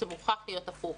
זה מוכרח להיות הפוך,